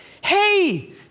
hey